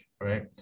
right